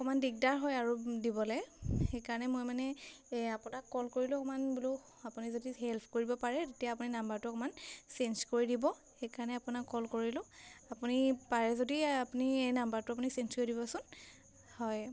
অকণমান দিগদাৰ হয় আৰু দিবলৈ সেইকাৰণে মই মানে এই আপোনাক কল কৰিলোঁ অকণমান বোলো আপুনি যদি হেল্প কৰিব পাৰে তেতিয়া আপুনি নাম্বাৰটো অকণমান চেঞ্জ কৰি দিব সেইকাৰণে আপোনাক কল কৰিলোঁ আপুনি পাৰে যদি আপুনি এই নাম্বাৰটো আপুনি চেঞ্জ কৰি দিবচোন হয়